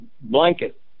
blanket